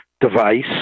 device